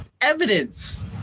evidence